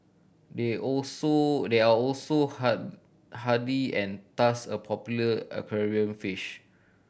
they also they are also hard hardy and thus a popular aquarium fish